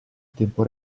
tempo